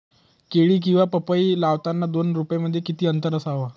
केळी किंवा पपई लावताना दोन रोपांमध्ये किती अंतर असावे?